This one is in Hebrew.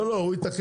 לא לא הוא יתקן,